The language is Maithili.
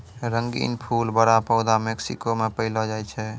रंगीन फूल बड़ा पौधा मेक्सिको मे पैलो जाय छै